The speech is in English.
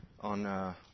on